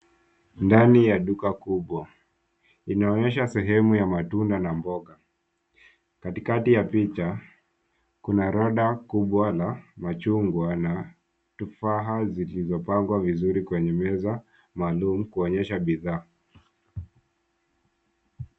Ndani ya duka kubwa, inaonyesha sehemu ya matunda na mboga. Katikati ya picha kuna rada kubwa la machungwa na tufaha zilizopangwa vizuri kwenye meza maalum kuonyesha bidhaa.